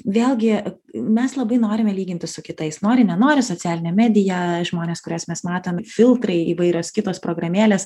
vėlgi mes labai norime lyginti su kitais nori nenori socialinė medija žmonės kuriuos mes matom filtrai įvairios kitos programėlės